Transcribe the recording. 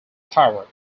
power